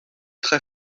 très